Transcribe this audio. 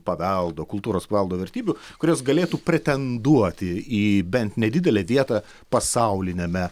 paveldo kultūros paveldo vertybių kurios galėtų pretenduoti į bent nedidelę vietą pasauliniame